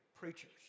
preachers